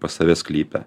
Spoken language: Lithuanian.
pas save sklype